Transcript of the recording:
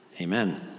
Amen